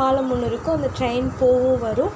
பாலம் ஒன்று இருக்கும் அந்த ட்ரெயின் போகும் வரும்